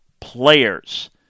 players